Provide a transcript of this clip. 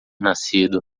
nascido